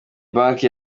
banki